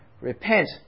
Repent